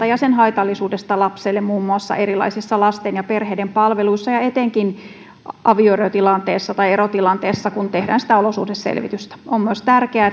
ja sen haitallisuudesta lapselle muun muassa erilaisissa lasten ja perheiden palveluissa ja etenkin avioerotilanteessa tai erotilanteessa kun tehdään sitä olosuhdeselvitystä on myös tärkeää